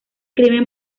crimen